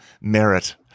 merit